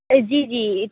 جی جی